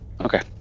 Okay